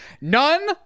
None